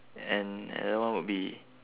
and another one would be